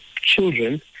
children